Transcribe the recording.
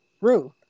Ruth